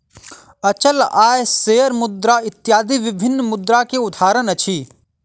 अचल आय, शेयर मुद्रा इत्यादि विभिन्न मुद्रा के उदाहरण अछि